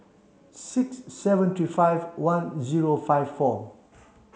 six seven three five one zero five four